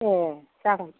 ए जागोन